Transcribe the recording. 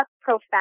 profound